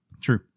True